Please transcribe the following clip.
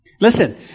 Listen